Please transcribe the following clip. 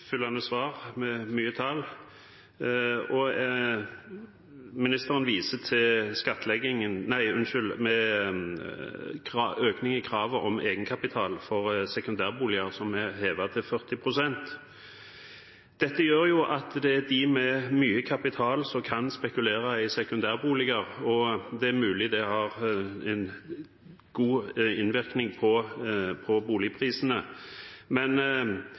svar med mye tall. Ministeren viser til økningen i kravet om egenkapital for sekundærboliger, som er hevet til 40 pst. Dette gjør at de med mye kapital kan spekulere i sekundærboliger, og det er mulig det har en god innvirkning på boligprisene. Men